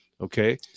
Okay